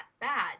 bad